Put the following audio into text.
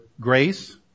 grace